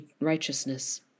righteousness